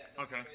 Okay